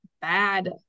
bad